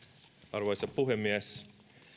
arvoisa puhemies